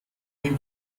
den